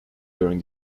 during